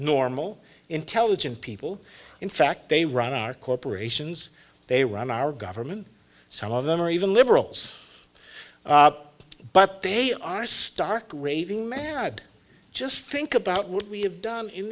normal intelligent people in fact they run our corporations they run our government some of them are even liberals but they are stark raving mad just think about what we have done in